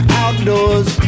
outdoors